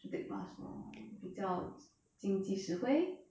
就 take bus lor 比较经济实惠